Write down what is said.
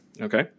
Okay